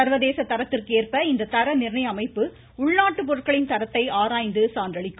சர்வதேச தரத்திற்கு ஏற்ப நிர்ணய அமைப்பு உள்நாட்டு இந்த தர பொருட்களின் தரத்தை ஆராய்ந்து சான்றளிக்கும்